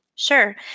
Sure